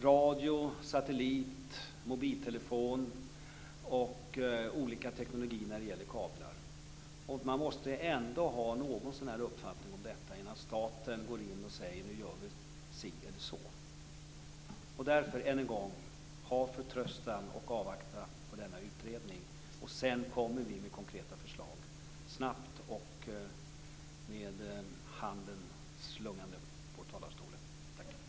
Radio, satellit, mobiltelefon och olika teknik när det gäller kablar. Man måste ändå något så när ha en uppfattning om detta innan staten går in och säger att nu gör vi si eller så. Därför, än en gång, ha förtröstan och avvakta denna utredning! Sedan kommer vi med konkreta förslag - snabbt och slungande handen i talarstolen.